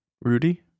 Rudy